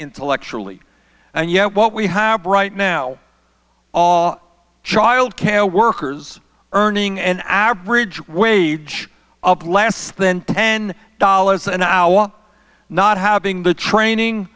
intellectually and yet what we have right now are child care workers earning an average wage of less than ten dollars an hour while not having the training